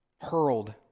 Hurled